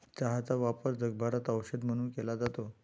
चहाचा वापर जगभरात औषध म्हणून केला जातो